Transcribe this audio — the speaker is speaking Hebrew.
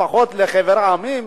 לפחות לחבר המדינות,